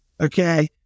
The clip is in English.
Okay